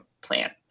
plant